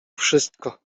wszystko